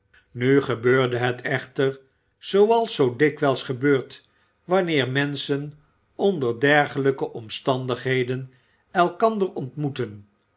nu gebeurde het echter zooals zoo dikwijls gebeurt wanneer menschen onder dergelijke omstandigheden eikander ontmoeten